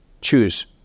Choose